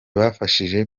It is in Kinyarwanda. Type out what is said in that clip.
bafashije